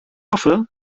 hoffe